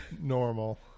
normal